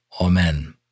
Amen